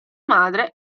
madre